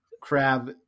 crab